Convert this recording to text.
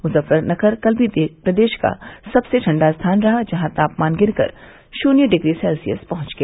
मुजफ्फरनगर कल भी प्रदेश का सबसे ठंडा स्थान रहा जहां तापमान गिरकर शून्य डिग्री सल्सियस पहुंच गया